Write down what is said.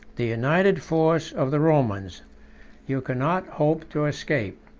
the united force of the romans you cannot hope to escape,